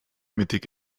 mittig